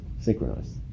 synchronized